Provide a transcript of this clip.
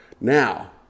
Now